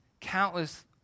countless